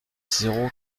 zéro